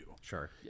Sure